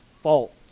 fault